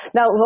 Now